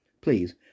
Please